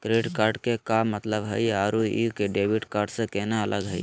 Credit card के का मतलब हई अरू ई डेबिट कार्ड स केना अलग हई?